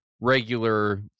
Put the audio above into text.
regular